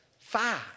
five